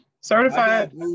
Certified